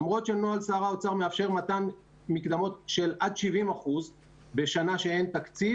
למרות שנוהל שר האוצר מאפשר מתן מקדמות של עד 70% בשנה שאין תקציב.